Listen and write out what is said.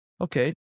Okay